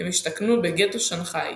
והם השתכנו ב"גטו שאנגחאי".